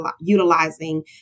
utilizing